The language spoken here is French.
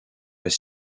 est